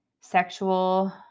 sexual